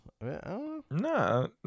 no